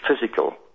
physical